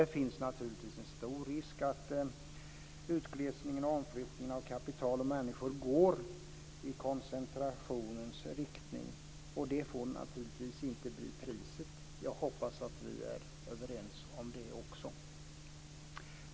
Det finns naturligtvis en stor risk att utglesningen och omflyttning av kapital och människor går i koncentrationens riktning, och det får naturligtvis inte bli priset. Jag hoppas att vi är överens om det också.